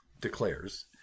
declares